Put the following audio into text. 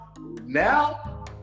now